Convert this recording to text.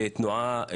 תנועה,